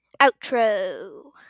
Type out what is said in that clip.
Outro